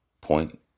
point